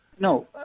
No